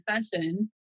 session